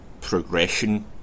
progression